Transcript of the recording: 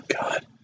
God